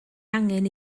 angen